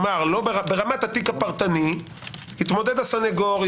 ברמת התיק הפרטני יתמודד הסנגור,